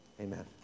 Amen